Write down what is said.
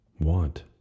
want